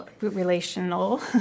relational